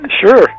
Sure